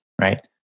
right